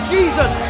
Jesus